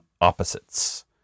opposites